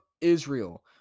Israel